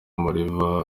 mariva